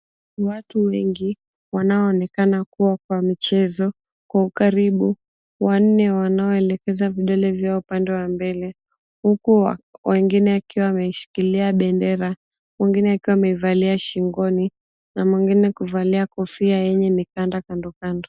Watu wengi wanaoonekana kuwa kwa mchezo, kwa ukaribu wanne wanaoelekeza vidole vyao upande wa mbele huku wengine wakiwa wameshikilia bendera, wengine akiwa ameivalia shingoni na mwingine kuvalia kofia yenye mikanda kando kando.